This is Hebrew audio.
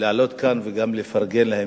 לעלות כאן וגם לפרגן להם,